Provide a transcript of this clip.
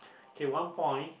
okay one point